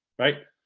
right?